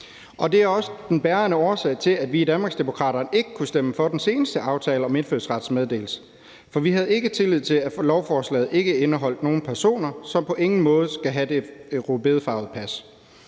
Det er også den bærende årsag til, at vi i Danmarksdemokraterne ikke kunne stemme for den seneste aftale om indfødsrets meddelelse, for vi havde ikke tillid til, at lovforslaget ikke indeholdt nogen personer, som på ingen måde skal have det rødbedefarvede pas.